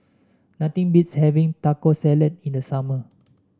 nothing beats having Taco Salad in the summer